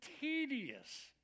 tedious